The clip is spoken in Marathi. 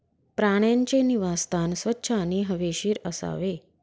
प्राण्यांचे निवासस्थान स्वच्छ आणि हवेशीर असावे